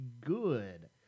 good